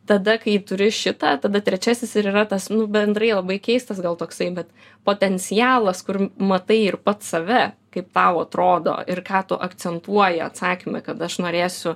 tada kai turi šitą tada trečiasis ir yra tas nu bendrai labai keistas gal toksai bet potencialas kur matai ir pats save kaip tau atrodo ir ką tu akcentuoji atsakyme kad aš norėsiu